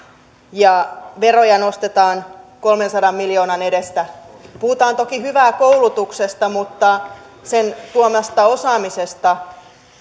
ja veroja nostetaan kolmensadan miljoonan edestä puhutaan toki hyvää koulutuksesta mutta sen tuomasta osaamisesta